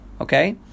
okay